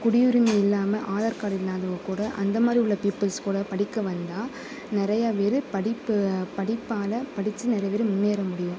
குடியுரிமை இல்லாமல் ஆதார் கார்டு இல்லாதவங்க கூட அந்த மாதிரி உள்ள பீப்பிள்ஸ் கூட படிக்க வந்தா நிறையா பேர் படிப்பு படிப்பால் படித்து நிறைய பேர் முன்னேற முடியும்